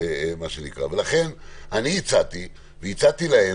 הצעתי להם,